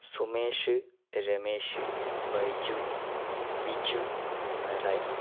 Sumesh Ramesh Baiju Biju Narayani